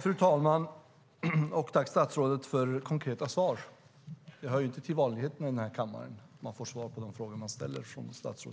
Fru talman! Jag tackar statsrådet för konkreta svar. Det hör inte till vanligheterna i den här kammaren att man får svar från statsråd på de frågor som man ställer.